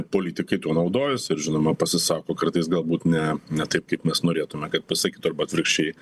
politikai tuo naudojasi ir žinoma pasisako kartais galbūt ne ne taip kaip mes norėtume kad pasisakytų arba atvirkščiai